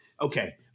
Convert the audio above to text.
Okay